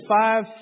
five